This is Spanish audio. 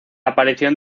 aparición